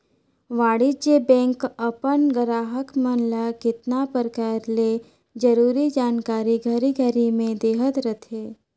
वाणिज्य बेंक अपन गराहक मन ल केतना परकार ले जरूरी जानकारी घरी घरी में देहत रथे